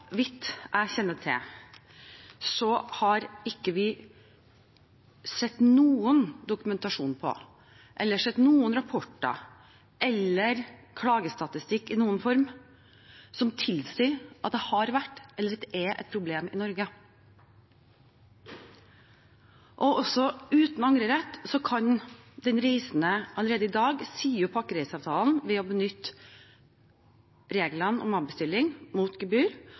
vidt jeg kjenner til, har vi ikke sett noen dokumentasjon, rapporter eller klagestatistikk i noen form som tilsier at det har vært eller er et problem i Norge. Også uten angrerett kan den reisende allerede i dag si opp pakkereiseavtalen ved å benytte reglene om avbestilling mot gebyr.